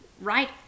Right